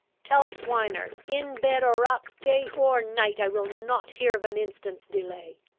tell swineard, in bed or up, day or night, i will not hear of an instant's delay.